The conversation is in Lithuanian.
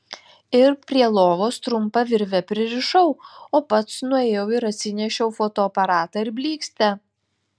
ir prie lovos trumpa virve pririšau o pats nuėjau ir atsinešiau fotoaparatą ir blykstę